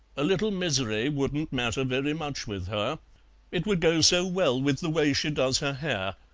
a little misery wouldn't matter very much with her it would go so well with the way she does her hair,